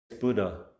Buddha